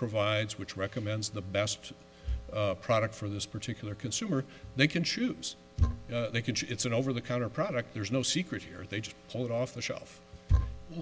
provides which recommends the best product for this particular consumer they can choose it's an over the counter product there's no secret here they just pull it off the shelf